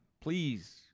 Please